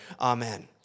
Amen